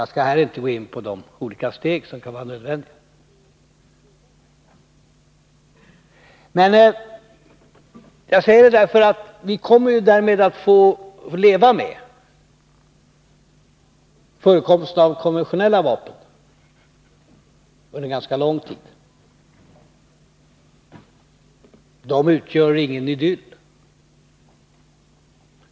Jag skall här inte gå in på de olika steg som kan vara nödvändiga. Jag säger detta därför att vi kommer att få leva med förekomsten av konventionella vapen under ganska lång tid. De utgör ingen idyll.